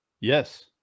Yes